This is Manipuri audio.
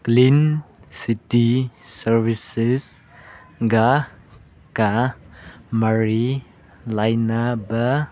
ꯀ꯭ꯂꯤꯟ ꯁꯤꯇꯤ ꯁꯥꯔꯕꯤꯁꯦꯁꯒ ꯀ ꯃꯔꯤ ꯂꯩꯅꯕ